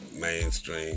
mainstream